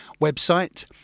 website